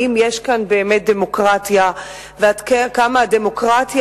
אם יש כאן באמת דמוקרטיה ועד כמה הדמוקרטיה